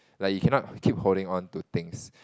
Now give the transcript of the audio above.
like you cannot keep holding on to things